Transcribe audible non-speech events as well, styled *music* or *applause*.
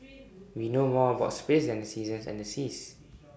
*noise* we know more about space than the seasons and the seas